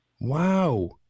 wow